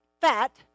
fat